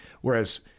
whereas